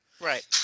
Right